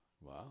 Wow